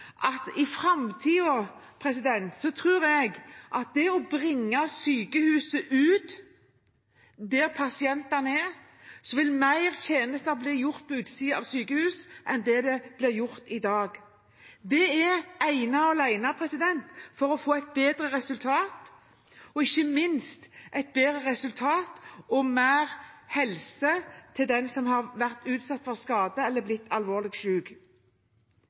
jeg tror at ved i framtiden å bringe sykehuset ut til der pasientene er, vil flere tjenester bli gjort på utsiden av sykehuset enn det det blir gjort i dag. Det er ene og alene for å få et bedre resultat – og ikke minst et bedre resultat for og mer helse til den som